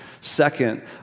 second